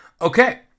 Okay